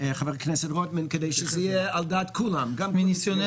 גם חוק חומרים